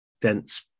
dense